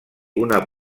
una